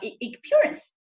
experience